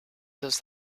does